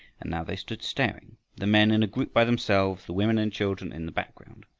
and now they stood staring, the men in a group by themselves, the women and children in the background,